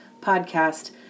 podcast